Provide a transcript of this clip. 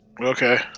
okay